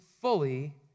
fully